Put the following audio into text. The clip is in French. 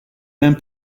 même